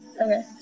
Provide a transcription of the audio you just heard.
Okay